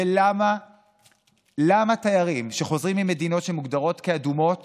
ולמה תיירים שחוזרים ממדינות שמוגדרות כאדומות